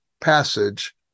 passage